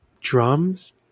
drums